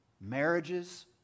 Marriages